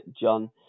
John